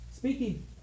speaking